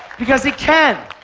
because he can.